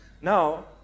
Now